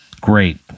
Great